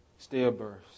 stillbirths